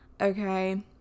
okay